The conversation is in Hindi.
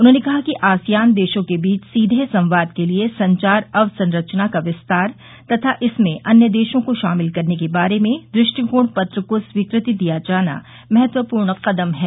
उन्होंने कहा कि आसियान देशों के बीच सीधे संवाद के लिए संचार अवसंरचना का विस्तार तथा इसमें अन्य देशों को शामिल करने के बारे में दृष्टिकोण पत्र को स्वीकृति दिया जाना महत्वपूर्ण कदम है